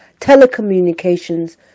telecommunications